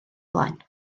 blaen